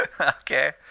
Okay